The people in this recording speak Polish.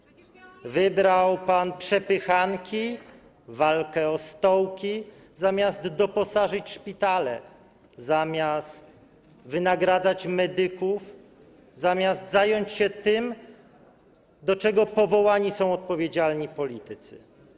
Przecież miało nie być... ...wybrał pan przepychanki, walkę o stołki, zamiast doposażyć szpitale, zamiast wynagradzać medyków, zamiast zająć się tym, do czego powołani są odpowiedzialni politycy.